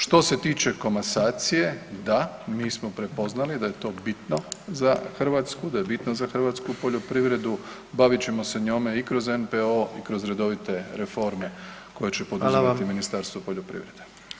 Što se tiče komasacije, da, mi smo prepoznali da je to bitno za Hrvatsku, da je bitno za hrvatsku poljoprivredu, bavit ćemo se njome i kroz NPOO i kroz redovite reforme koje će poduzimati [[Upadica: Hvala vam.]] Ministarstvo poljoprivrede.